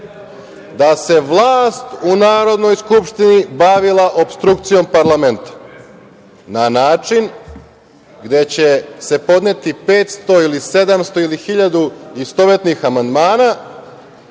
da se vlast u Narodnoj skupštini bavila opstrukcijom parlamenta na način gde će se podneti 500 ili 700 ili 1.000 istovetnih amandmana